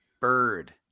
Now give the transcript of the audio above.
Bird